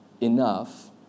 enough